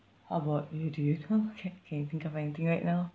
how about you do you know can can you think of anything right now